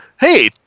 hey